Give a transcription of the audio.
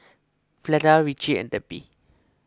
Fleda Ritchie and Debbie